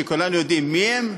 שכולנו יודעים מי הם,